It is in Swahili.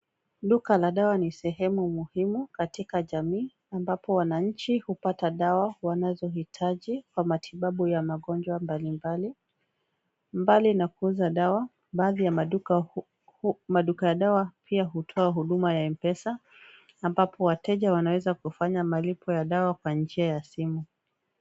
Duka la dawa ni sehemu muhimu katika jamii ambapo wananchi hupata dawa wanazo hitaji kwa matibabu ya magonjwa mbali mbali. Mbali na kuuza dawa baadhi ya maduka ya dawa pia hutoa huduma ya mpesa ambapo wateja wanaweza kufanya malipo ya dawa kwa njia ya simu.